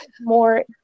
more